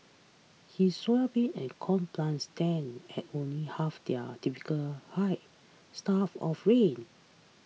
his soybean and corn plants stand at only half their typical height starved of rain